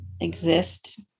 exist